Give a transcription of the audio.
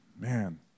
Man